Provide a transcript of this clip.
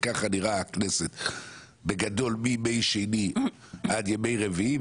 וככה נראית הכנסת בגדול מימי שני ועד ימי רביעי,